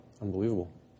unbelievable